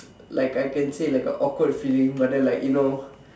like I can say like a awkward feeling but then like you know